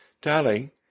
darling